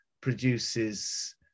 produces